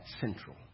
Central